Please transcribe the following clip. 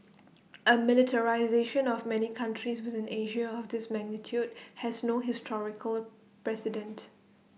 A militarisation of many countries within Asia of this magnitude has no historical precedent